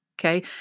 Okay